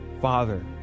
father